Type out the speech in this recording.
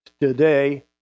today